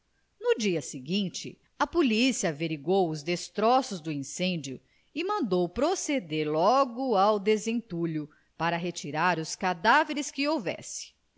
no dia seguinte a polícia averiguou os destroços do incêndio e mandou proceder logo ao desentulho para retirar os cadáveres que houvesse